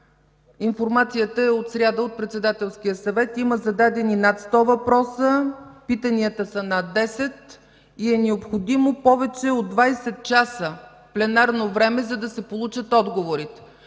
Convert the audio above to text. информацията е от сряда, от Председателския съвет – има зададени над 100 въпроса, питанията са над 10, и е необходимо повече от 20 часа пленарно време, за да се получат отговорите.